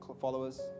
followers